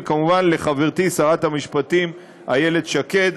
וכמובן לחברתי שרת המשפטים איילת שקד,